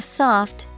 soft